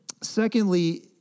secondly